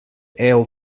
ale